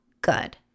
good